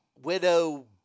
widow